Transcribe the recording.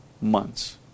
months